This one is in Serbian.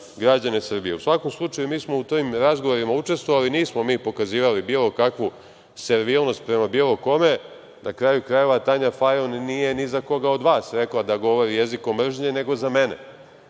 građane Srbije.U svakom slučaju, mi smo u tim razgovorima učestvovali, nismo pokazivali bilo kakvu servilnost prema bilo kome. Na kraju krajeva, Tanja Fajon nije ni za koga od vas rekla da govori jezikom mržnje, nego za mene.